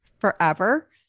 Forever